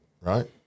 right